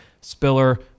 spiller